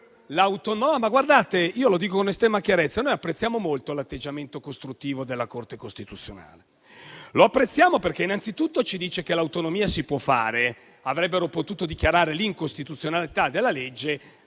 l'autonomia si può fare: avrebbero potuto dichiarare l'incostituzionalità della legge